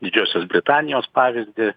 didžiosios britanijos pavyzdį